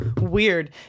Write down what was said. weird